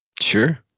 Sure